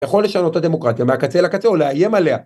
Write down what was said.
יכול לשנות את הדמוקרטיה מהקצה לקצה או להאיים עליה.